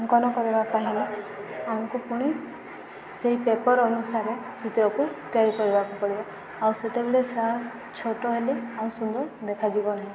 ଅଙ୍କନ କରିବା ପାଇଁ ହେଲେ ଆମକୁ ପୁଣି ସେଇ ପେପର୍ ଅନୁସାରେ ଚିତ୍ରକୁ ତିଆରି କରିବାକୁ ପଡ଼ିବ ଆଉ ସେତେବେଳେ ଛୋଟ ହେଲେ ଆଉ ସୁନ୍ଦର ଦେଖାଯିବ ନାହିଁ